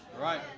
Right